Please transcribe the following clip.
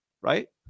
right